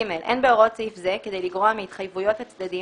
(ג)אין בהוראות סעיף זה כדי לגרוע מהתחייבויות הצדדים